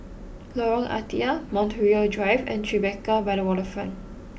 Lorong Ah Thia Montreal Drive and Tribeca by the Waterfront